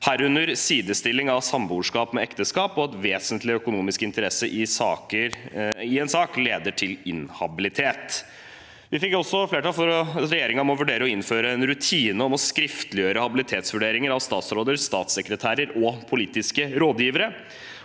herunder sidestilling av samboerskap og ekteskap og at vesentlige økonomiske interesser i en sak leder til inhabilitet. Vi fikk også flertall for at regjeringen må vurdere å innføre en rutine om å skriftliggjøre habilitetsvurderinger av statsråder, statssekretærer og politiske rådgivere.